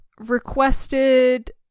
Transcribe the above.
requested